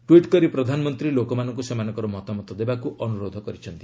tweet କରି ପ୍ରଧାନମନ୍ତ୍ରୀ ଲୋକମାନଙ୍କୁ ସେମାନଙ୍କର ମତାମତ ଦେବାକୁ ଅନୁରୋଧ କରିଛନ୍ତି